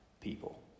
people